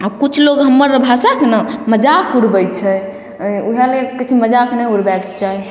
आओर किछु लोग हमर भाषाके ने मजाक उड़बय छै वएह लए किछु मजाक नहि उड़बयके चाही